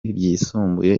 ryisumbuye